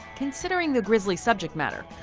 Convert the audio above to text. considering the grizzly subject matter.